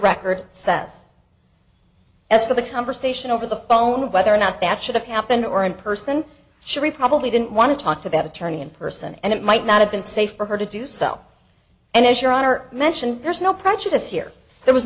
record says as for the conversation over the phone whether or not that should have happened or in person should we probably didn't want to talk to that attorney in person and it might not have been safe for her to do so and as your honor mention there's no prejudice here there was